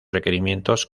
requerimientos